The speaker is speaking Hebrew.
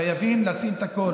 חייבים לשים את הכול.